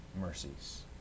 mercies